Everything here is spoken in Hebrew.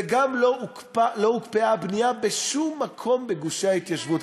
וגם לא הוקפאה הבנייה בשום מקום בגושי ההתיישבות,